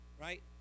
Right